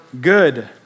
good